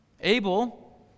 Abel